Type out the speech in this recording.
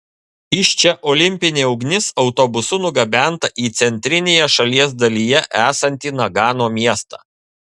iš čia olimpinė ugnis autobusu nugabenta į centrinėje šalies dalyje esantį nagano miestą